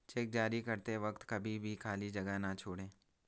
check जारी करते वक्त कभी भी खाली जगह न छोड़ें